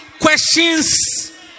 questions